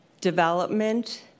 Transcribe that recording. development